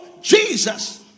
Jesus